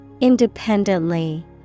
independently